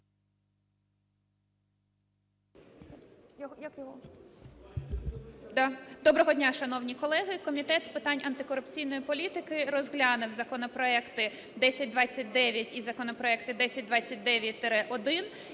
Доброго дня, шановні колеги. Комітет з питань антикорупційної політики розглянув законопроекти 1029 і законопроект 1029-1